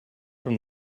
from